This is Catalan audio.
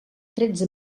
tretze